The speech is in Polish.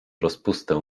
rozpustę